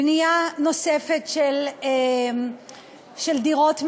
בנייה נוספת של דירות מעבר,